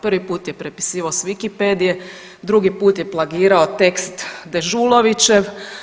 Prvi put je prepisivao s Wikipedie, drugi put je plagirao tekst Dežulovićev.